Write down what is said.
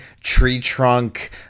tree-trunk